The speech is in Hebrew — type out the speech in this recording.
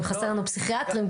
אם חסרים לנו פסיכיאטרים,